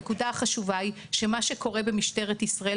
הנקודה החשובה היא שמה שקורה במשטרת ישראל,